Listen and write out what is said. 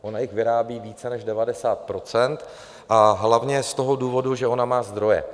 Ona jich vyrábí více než 90 % a hlavně z toho důvodu, že ona má zdroje.